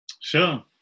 sure